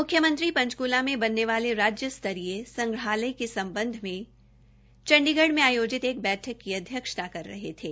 म्ख्यमंत्री पंचकूला में बनने वाले राज्यस्तरीय संग्रहालय के सम्बंध में चंडीगढ़ में आयोजित एक बैठक की अध्यक्षता कर रहे थे